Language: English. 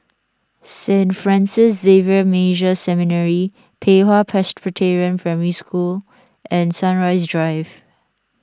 Saint Francis Xavier Major Seminary Pei Hwa Presbyterian Primary School and Sunrise Drive